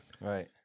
Right